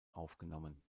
aufgenommen